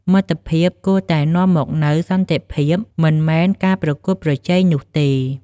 មិត្តភាពគួរតែនាំមកនូវសន្តិភាព មិនមែនការប្រកួតប្រជែងនោះទេ។